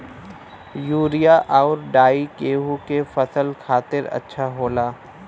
urea आउर डाई गेहूं के फसल खातिर अच्छा होला